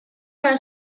las